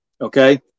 Okay